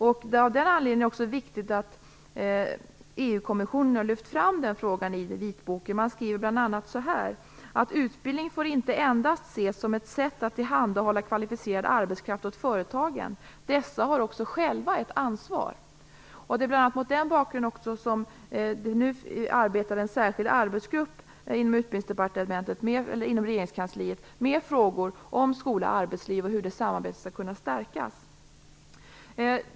Det är av den anledningen viktigt att EU-kommissionen har lyft fram denna fråga i vitboken, där det bl.a. heter: "Utbildning får inte ses endast som ett sätt att tillhandahålla kvalificerad arbetskraft åt företagen. Dessa har också själva ett ansvar." Det är också bl.a. mot den bakgrunden som det nu finns en särskild arbetsgrupp inom regeringskansliet för frågor om skola och arbetsliv och om hur det samarbetet skall kunna stärkas.